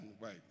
right